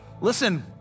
Listen